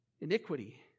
iniquity